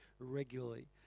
regularly